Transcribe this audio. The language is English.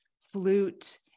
flute